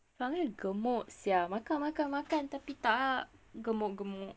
perangai gemuk sia